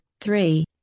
three